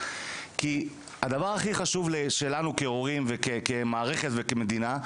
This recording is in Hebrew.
כי הדבר הכי חשוב שלנו כהורים וכמערכת וכמדינה,